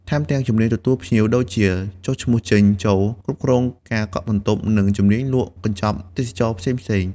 ថែមទាំង ជំនាញទទួលភ្ញៀវ ដូចជាចុះឈ្មោះចេញ-ចូល គ្រប់គ្រងការកក់បន្ទប់ និងជំនាញលក់កញ្ចប់ទេសចរណ៍ផ្សេងៗ។